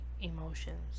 emotions